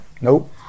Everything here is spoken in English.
Nope